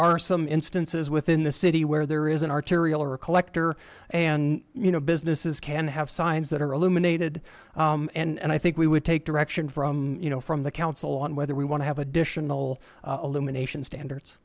are some instances within the city where there is an arterial or a collector and you know businesses can have signs that are illuminated and i think we would take direction from you know from the council on whether we want to have additional illumination standards